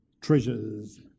Treasures